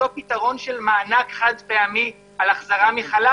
פתרון של מענק חד-פעמי על החזרה מחל"ת,